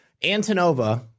Antonova